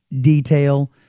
detail